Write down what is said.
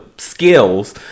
skills